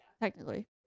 technically